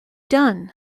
done